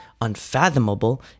unfathomable